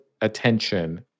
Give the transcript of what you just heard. attention